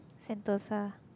Sentosa